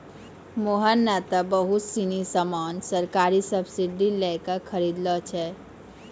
मोहन नं त बहुत सीनी सामान सरकारी सब्सीडी लै क खरीदनॉ छै